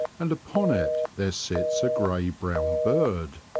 and upon it there sits a grey-brown bird.